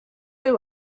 who